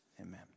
Amen